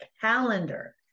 calendar